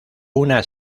una